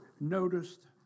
noticed